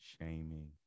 shaming